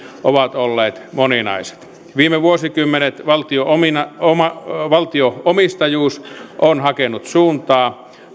ovat olleet moninaiset viime vuosikymmenet valtio omistajuus on hakenut suuntaa